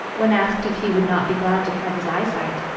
when asked if he would not be glad to have his eyesight,